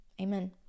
Amen